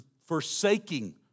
forsaking